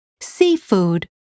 seafood